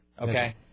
Okay